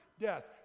death